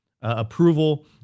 approval